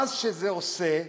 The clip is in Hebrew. מה שזה עושה,